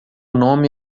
nome